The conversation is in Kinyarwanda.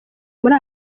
muri